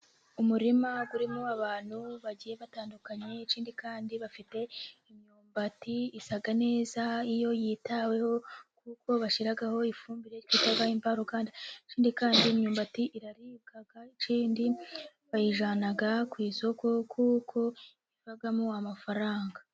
Umurima urimo abantu bagiye batandukanye, ikindi kandi bafite imyumbati isa neza iyo yitaweho, kuko bashyiraho ifumbire twita imbaruganda, ikindi kandi imyumbati iraribwa, ikindi bayijyana ku isoko, kuko ivamo amafaranga.